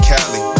Cali